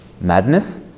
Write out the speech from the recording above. madness